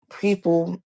people